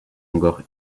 encore